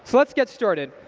so let's get started.